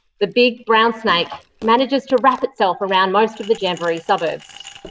the big brown snake, manages to wrap itself around most of the jamboree suburbs.